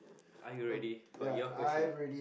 are you ready for your question